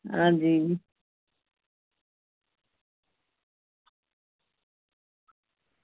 आं जी